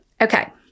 Okay